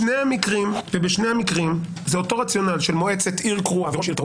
בשני המקרים זה אותו רציונל של מועצת עיר קרואה וראש עיר קרוא.